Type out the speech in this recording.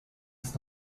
das